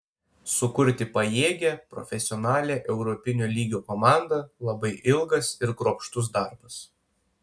sukurti pajėgią profesionalią europinio lygio komandą labai ilgas ir kruopštus darbas